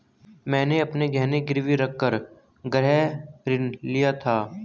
मैंने अपने गहने गिरवी रखकर गृह ऋण लिया था